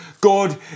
God